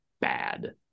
bad